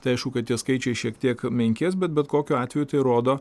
tai aišku kad tie skaičiai šiek tiek menkės bet bet kokiu atveju tai rodo